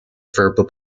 verbal